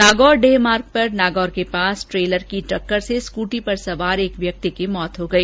नागौर डेह मार्ग पर नागौर के पास ट्रेलर की टक्कर से स्कूटी पर सवार एक व्यक्ति की मौत हो गई